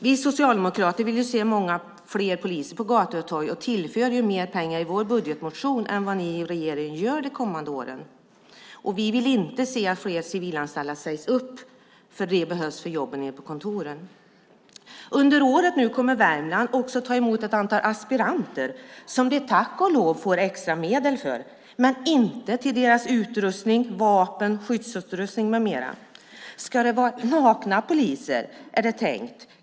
Vi socialdemokrater vill se många fler poliser på gator och torg och tillför mer pengar i vår budgetmotion än vad ni i regeringen gör de kommande åren. Och vi vill inte se att fler civilanställda sägs upp, för de behövs för jobben på kontoren. Under året kommer Polismyndigheten i Värmland att ta emot ett antal aspiranter, som man tack och lov får extra medel för men inte till deras utrustning, till exempel vapen, skyddsutrustning med mera. Är det tänkt att det ska vara nakna poliser?